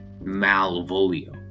Malvolio